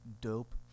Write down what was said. dope